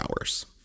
hours